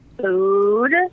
food